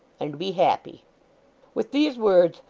and be happy with these words,